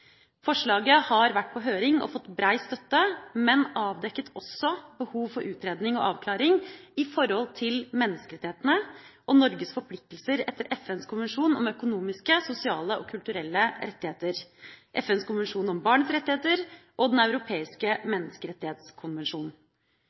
Forslaget har vært på høring og fått brei støtte, men avdekket også behov for utredning og avklaring når det gjelder menneskerettighetene og Norges forpliktelser etter FNs konvensjon om økonomiske, sosiale og kulturelle rettigheter, FNs konvensjon om barnets rettigheter og Den europeiske